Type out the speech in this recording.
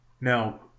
now